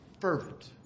Fervent